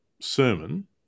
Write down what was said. sermon